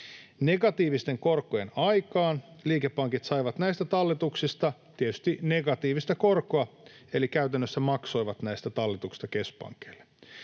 Negatiivisten korkojen aikaan liikepankit saivat näistä talletuksista tietysti negatiivista korkoa eli käytännössä maksoivat näistä talletuksista keskuspankeille.